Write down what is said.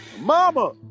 Mama